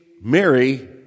Mary